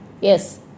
Yes